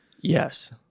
Yes